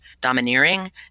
domineering